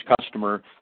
customer